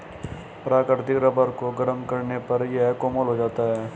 प्राकृतिक रबर को गरम करने पर यह कोमल हो जाता है